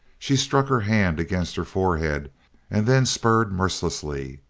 she struck her hand against her forehead and then spurred mercilessly.